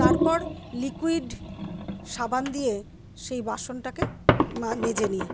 তারপর লিকুইড সাবান দিয়ে সেই বাসনটাকে মা মেজে নিই